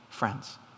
Friends